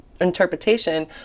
interpretation